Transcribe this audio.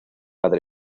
padre